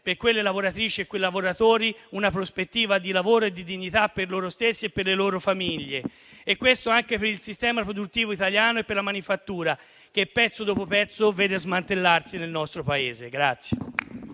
per quelle lavoratrici e quei lavoratori una prospettiva di lavoro e di dignità per loro stessi e per le loro famiglie. Questo anche per il sistema produttivo italiano e per la manifattura che, pezzo dopo pezzo, il nostro Paese vede